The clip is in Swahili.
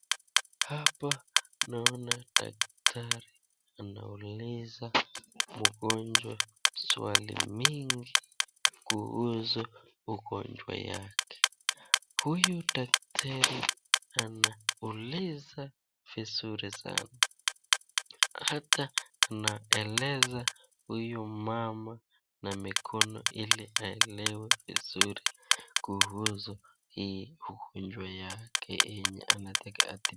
Hapa naona daktari anauliza mgonjwa maswali mingi kuhusu ugonjwa yake, huyu daktari anauliza vizuri sana, hata anaeleza huyu mama na mikono ili aelewe vizuri kuhusu hii ugonjwa yake yenye anataka atibiwe.